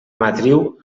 matriu